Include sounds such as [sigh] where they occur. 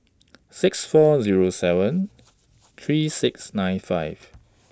six four Zero seven [noise] three six nine five